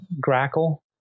Grackle